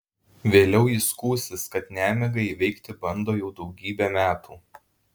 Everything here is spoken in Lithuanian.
vėliau ji skųsis kad nemigą įveikti bando jau daugybę metų